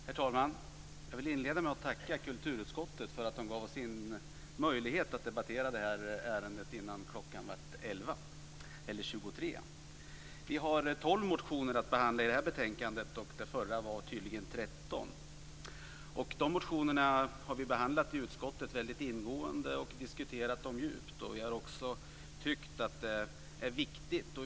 Herr talman! Jag vill inleda med att tacka kulturutskottet för att de gav oss möjlighet att debattera det här ärendet innan klockan blev 23. Vi har behandlat 12 motioner i det här betänkandet, och i det förra var det tydligen 13. Vi har i utskottet behandlat motionerna väldigt ingående och diskuterat dem djupt. Vi har också tyckt att det är viktigt.